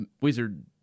wizard